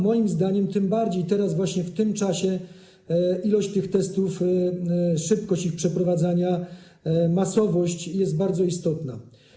Moim zdaniem tym bardziej teraz, w tym czasie, ilość tych testów, szybkość ich przeprowadzania, masowość są bardzo istotne.